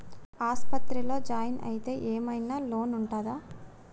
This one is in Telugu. ఆస్పత్రి లో జాయిన్ అయితే ఏం ఐనా లోన్ ఉంటదా?